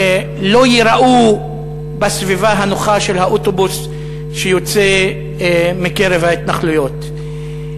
לא ייראו בסביבה הנוחה של האוטובוס שיוצא מקרב ההתנחלויות.